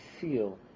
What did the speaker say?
feel